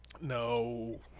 No